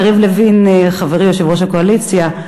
יריב לוין חברי, יושב-ראש הקואליציה,